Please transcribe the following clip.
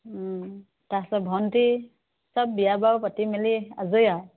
তাৰপিছত ভণ্টি চব বিয়া বাৰু পাতি মেলি আজৰি আৰু